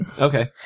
Okay